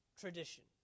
tradition